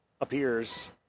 appears